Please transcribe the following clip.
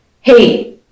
hey